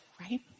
right